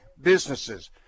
businesses